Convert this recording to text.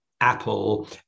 Apple